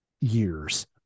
years